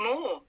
more